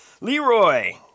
Leroy